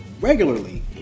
regularly